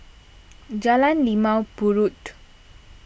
Jalan Limau Purut